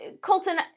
Colton